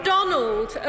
Donald